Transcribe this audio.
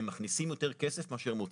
הם מכניסים יותר כסף מאשר הם מוציאים,